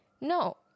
no